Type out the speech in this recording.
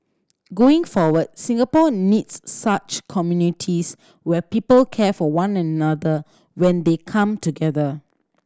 going forward Singapore needs such communities where people care for one another when they come together